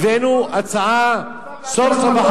הבאנו הצעה סוף-סוף,